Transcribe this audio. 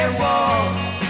walls